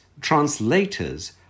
translators